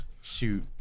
Shoot